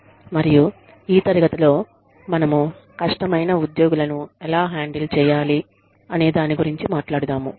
మరియు ఈ తరగతిలో మనము కష్టమైన ఉద్యోగులను ఎలా హ్యాండిల్ చేయాలి అనే దాని గురించి మాట్లాడుదాము